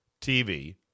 TV